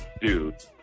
dude